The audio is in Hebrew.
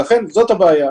ולכן, זאת הבעיה.